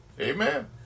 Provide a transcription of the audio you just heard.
Amen